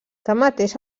tanmateix